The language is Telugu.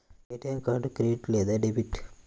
ఏ.టీ.ఎం కార్డు క్రెడిట్ లేదా డెబిట్?